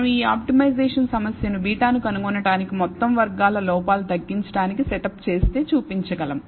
మనం ఈ ఆప్టిమైజేషన్ సమస్యను β ను కనుగొనటానికి మొత్తం వర్గాల లోపాలు తగ్గించడానికి సెటప్ చేస్తే మనం చూపించగలం